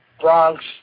Bronx